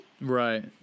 Right